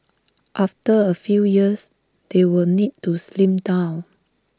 after A few years they will need to slim down